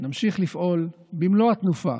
נמשיך לפעול במלוא התנופה